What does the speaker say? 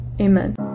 amen